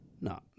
No